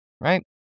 right